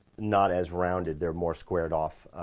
not as rounded. they're more squared off,